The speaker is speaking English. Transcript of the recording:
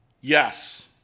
Yes